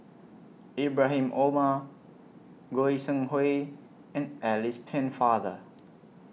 Ibrahim Omar Goi Seng Hui and Alice Pennefather